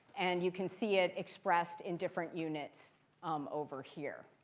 and you can see it expressed in different units um over here.